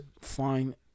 fine